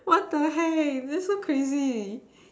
what the hey why so crazy